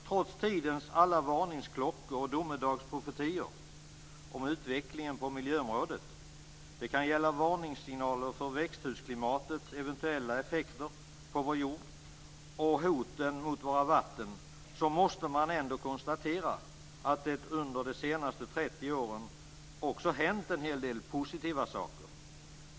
Trots tidens alla varningsklockor och domedagsprofetior om utvecklingen på miljöområdet - det kan gälla varningssignaler för växthusklimatets eventuella effekter på vår jord och hoten mot våra vatten - måste man ändå konstatera att det under de senaste 30 åren också har hänt en hel del positiva saker.